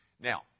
Now